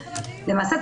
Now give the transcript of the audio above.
למעשה,